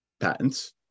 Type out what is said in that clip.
patents